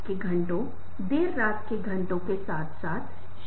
तो आप देखते हैं कि आप चीजों को अस्पष्ट या स्पष्ट कर सकते हैं